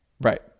right